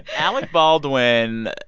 alec baldwin,